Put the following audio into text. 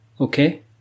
okay